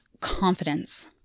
confidence